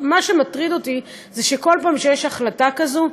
מה שמטריד אותי זה שכל פעם שיש החלטה כזאת,